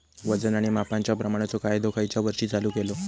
वजन आणि मापांच्या प्रमाणाचो कायदो खयच्या वर्षी चालू केलो?